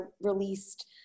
released